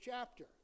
chapter